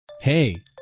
Hey